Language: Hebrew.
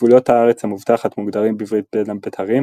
גבולות הארץ המובטחת מוגדרים בברית בין הבתרים,